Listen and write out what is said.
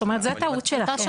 זאת אומרת זאת טעות שלכם.